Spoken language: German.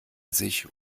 sich